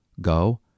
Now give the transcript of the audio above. Go